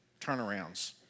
turnarounds